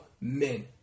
men